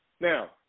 Now